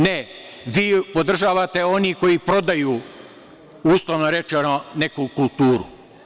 Ne, vi podržavate one koji prodaju, uslovno rečeno, neku kulturu.